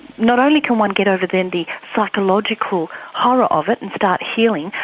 not only can one get over then the psychological horror of it and start healing,